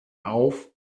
auf